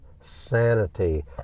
sanity